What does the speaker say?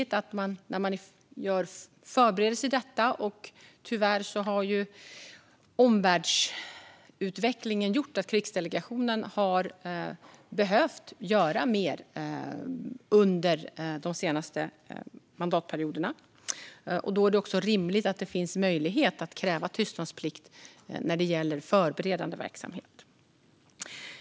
Tyvärr har ju omvärldsutvecklingen gjort att krigsdelegationen har behövt bedriva mer förberedande verksamhet under de senaste mandatperioderna, och det är rimligt att det finns möjlighet att kräva tystnadsplikt när det gäller förberedande verksamhet.